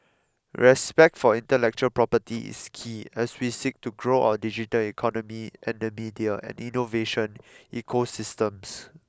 respect for intellectual property is key as we seek to grow our digital economy and the media and innovation ecosystems